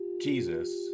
Jesus